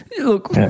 Look